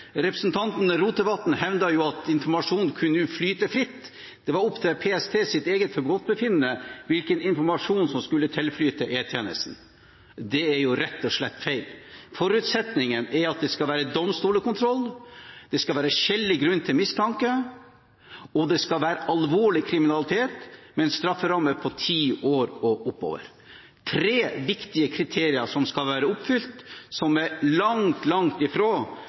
Representanten Rotevatn hevdet at informasjonen nå kunne flyte fritt, at det var opp til PSTs eget forgodtbefinnende hvilken informasjon som skulle tilflyte E-tjenesten. Det er rett og slett feil. Forutsetningen er at det skal være domstolskontroll, det skal være skjellig grunn til mistanke, og det skal være alvorlig kriminalitet med en strafferamme på ti år og oppover. Det er tre viktige kriterier som skal være oppfylt, og som er langt, langt